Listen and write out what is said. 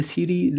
Siri